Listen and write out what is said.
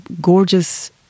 gorgeous